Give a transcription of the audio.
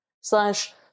Slash